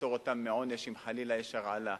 לפטור אותם מעונש אם חלילה יש הרעלה.